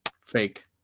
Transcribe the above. fake